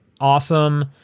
awesome